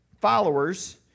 followers